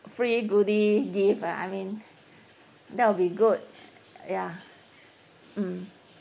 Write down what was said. free goodie gift ah I mean that will be good ya mm